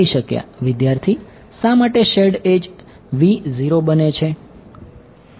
વિદ્યાર્થી શા માટે શેર્ડ એડ્જ v 0 બને છે